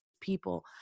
people